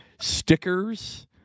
stickers